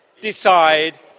decide